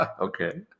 Okay